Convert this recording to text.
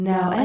Now